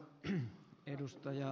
herra pääministeri